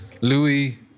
Louis